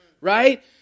right